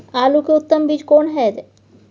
आलू के उत्तम बीज कोन होय है?